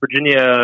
Virginia